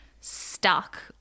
stuck